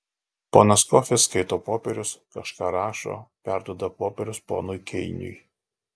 ponas kofis skaito popierius kažką rašo perduoda popierius ponui keiniui